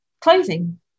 clothing